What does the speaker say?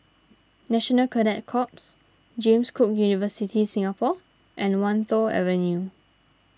National Cadet Corps James Cook University Singapore and Wan Tho Avenue